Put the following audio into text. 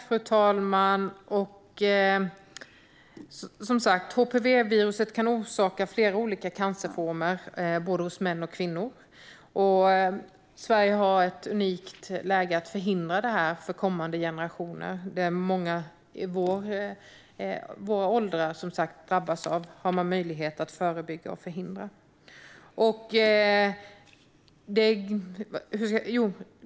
Fru talman! Som sagt, HPV-viruset kan orsaka flera olika cancerformer både hos män och hos kvinnor. Sverige har en unik chans att förhindra detta för kommande generationer. Många i vår ålder drabbas, men det har man nu möjlighet att förebygga och förhindra.